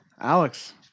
Alex